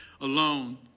alone